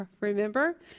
remember